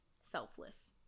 selfless